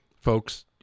folks